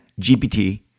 GPT